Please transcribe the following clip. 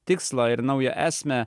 tikslą ir naują esmę